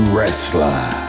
Wrestler